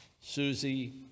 susie